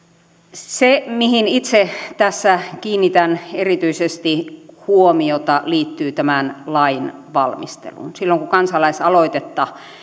se mihin itse tässä kiinnitän erityisesti huomiota liittyy tämän lain valmisteluun silloin kun kansalaisaloitetta